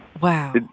Wow